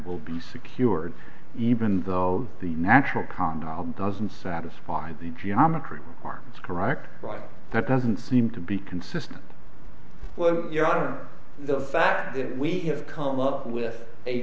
will be secured even though the natural condo doesn't satisfy the geometry or it's correct but that doesn't seem to be consistent well you know the fact that we come up with a